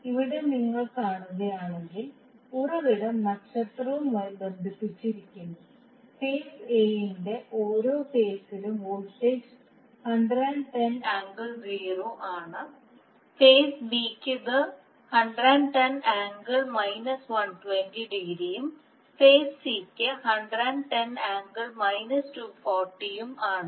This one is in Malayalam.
ഇവിടെ നിങ്ങൾ കാണുകയാണെങ്കിൽ ഉറവിടം നക്ഷത്രവുമായി ബന്ധിപ്പിച്ചിരിക്കുന്നു ഫേസ് A ന്റെ ഓരോ ഫേസിലും വോൾട്ടേജ് 110∠0 ആണ് ഫേസ് Bക്ക് ഇത് 110∠ 120ഉം ഫേസ് സിക്ക് 110∠ 240 ഉം ആണ്